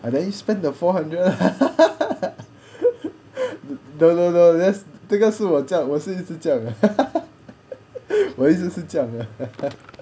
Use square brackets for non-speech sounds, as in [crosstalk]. ah then spent the four hundred lah [laughs] no no no just 这个是我这样我是一直这样我一直是这样的